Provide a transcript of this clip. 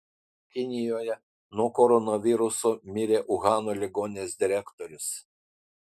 kinijoje nuo koronaviruso mirė uhano ligoninės direktorius